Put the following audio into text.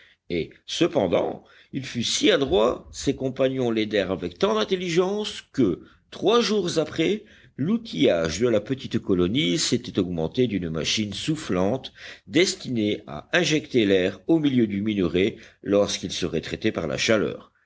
et cependant il fut si adroit ses compagnons l'aidèrent avec tant d'intelligence que trois jours après l'outillage de la petite colonie s'était augmenté d'une machine soufflante destinée à injecter l'air au milieu du minerai lorsqu'il serait traité par la chaleur